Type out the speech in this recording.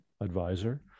advisor